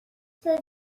صدام